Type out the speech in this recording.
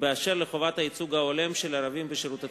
באשר לחובת הייצוג ההולם של ערבים בשירות הציבורי.